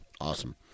Awesome